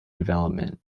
development